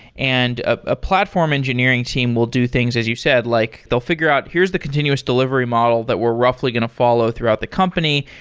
and a platform engineering team will do things, as you said, like they'll figure out, here's the continuous delivery model that we're roughly going to follow throughout the company.